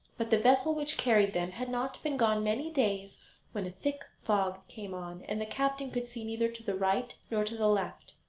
but the vessel which carried them had not been gone many days when a thick fog came on, and the captain could see neither to the right nor to the left.